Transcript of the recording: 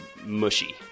mushy